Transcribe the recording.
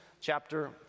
chapter